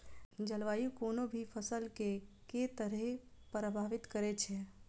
जलवायु कोनो भी फसल केँ के तरहे प्रभावित करै छै?